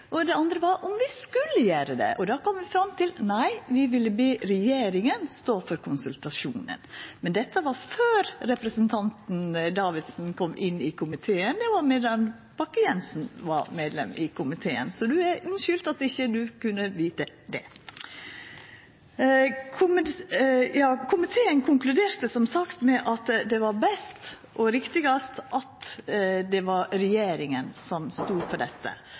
for det andre – om vi skulle gjera det. Då kom vi fram til at nei, vi ville be regjeringa stå for konsultasjonen. Men dette var før representanten Davidsen kom inn i komiteen, det var medan Bakke-Jensen var medlem i komiteen, så ho er unnskyldt, for ho kunne ikkje vita det. Komiteen konkluderte som sagt med at det var best og mest riktig at det var regjeringa som stod for dette,